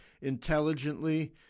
intelligently